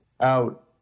out